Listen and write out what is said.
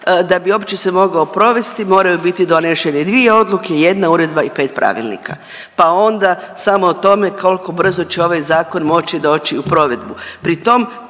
da bi opće se mogao provesti moraju biti donešene dvije odluke, jedna uredba i pet pravilnika pa onda samo o tome kolko brzo će ovaj zakon moći doći u provedbu,